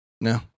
No